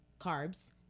carbs